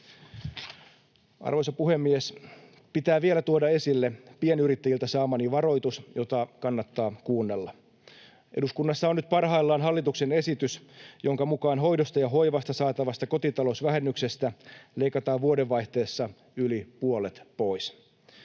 Arvoisa puhemies! Pitää vielä tuoda esille pienyrittäjiltä saamani varoitus, jota kannattaa kuunnella: Eduskunnassa on nyt parhaillaan hallituksen esitys, jonka mukaan hoidosta ja hoivasta saatavasta kotitalousvähennyksestä leikataan vuodenvaihteessa yli puolet pois.